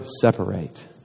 separate